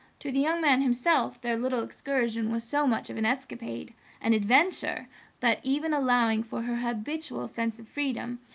to the young man himself their little excursion was so much of an escapade an adventure that, even allowing for her habitual sense of freedom,